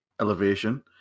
elevation